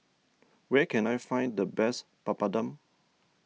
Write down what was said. where can I find the best Papadum